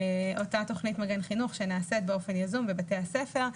אותה תכנית מגן חינוך שנעשית באופן יזום בבתי הספר.